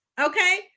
okay